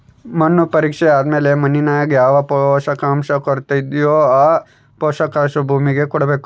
ಮಣ್ಣು ಪರೀಕ್ಷೆ ಆದ್ಮೇಲೆ ಮಣ್ಣಿನಾಗ ಯಾವ ಪೋಷಕಾಂಶ ಕೊರತೆಯಿದೋ ಆ ಪೋಷಾಕು ಭೂಮಿಗೆ ಕೊಡ್ಬೇಕು